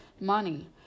money